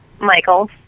Michael